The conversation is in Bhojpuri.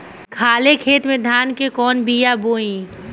खाले खेत में धान के कौन बीया बोआई?